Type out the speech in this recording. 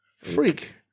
freak